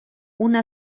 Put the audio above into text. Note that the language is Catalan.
una